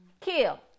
kill